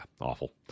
awful